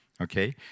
Okay